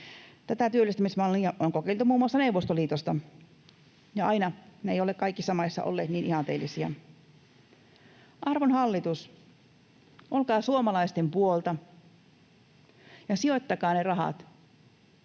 Tätä työllistämismallia on kokeiltu muun muassa Neuvostoliitossa, ja aina ne eivät ole kaikissa maissa olleet niin ihanteellisia. Arvon hallitus, olkaa suomalaisten puolta ja sijoittakaa ne rahat